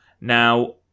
Now